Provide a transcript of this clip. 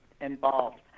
involved